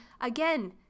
again